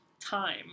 time